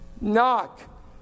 knock